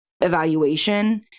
evaluation